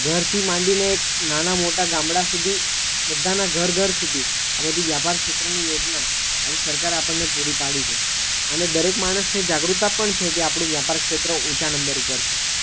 ઘરથી માંડીને એક નાના મોટા ગામડા સુધી બધાના ઘર ઘર સુધી આ બધી વ્યાપાર ક્ષેત્રની યોજના આજે સરકાર આપણને પૂરી પાડી છે અને દરેક માણસને જાગૃતતા પણ છે કે આપણું વ્યાપાર ક્ષેત્ર ઊંચા નંબર ઉપર છે